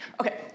okay